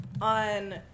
on